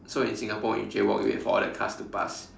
so in Singapore when you jaywalk you wait for all the cars to pass